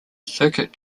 circuit